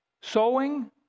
sowing